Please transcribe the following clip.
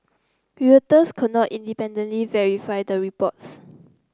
Reuters could not independently verify the reports